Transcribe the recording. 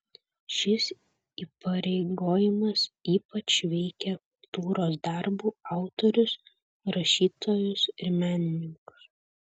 šis įpareigojimas ypač veikia kultūros darbų autorius rašytojus ir menininkus